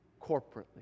corporately